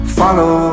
follow